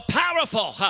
powerful